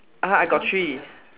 !huh! I got three